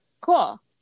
Cool